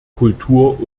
kultur